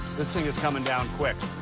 this thing is coming down quick.